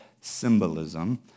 symbolism